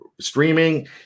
streaming